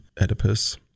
Oedipus